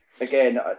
Again